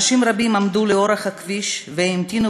אנשים רבים עמדו לאורך הכביש והמתינו